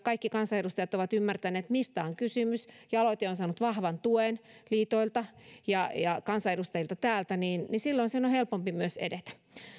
kaikki kansanedustajat ovat ymmärtäneet mistä on kysymys ja aloite on saanut vahvan tuen liitoilta ja ja kansanedustajilta täältä niin niin silloin sen on helpompi myös edetä